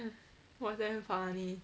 it was damn funny